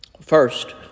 First